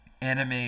anime